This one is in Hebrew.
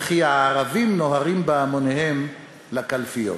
וכי הערבים נוהרים בהמוניהם לקלפיות.